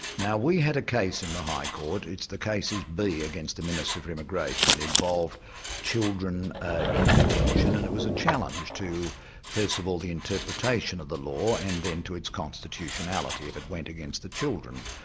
now we had a case in the high court, the case is b against the minister for immigration, involved children in detention, and it was a challenge to first of all the interpretation of the law, and then to its constitutionality, if it went against the children.